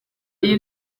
iyi